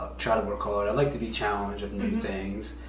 try to work hard. i like to be challenged things.